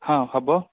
ହଁ ହେବ